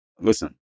Listen